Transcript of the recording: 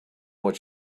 what